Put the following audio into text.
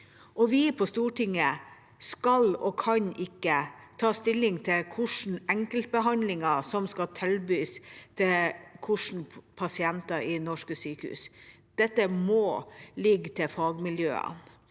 Vi på Stortinget skal ikke og kan ikke ta stilling til hvilke enkeltbehandlinger som skal tilbys til hvilke pasienter i norske sykehus. Dette må ligge til fagmiljøene.